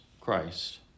Christ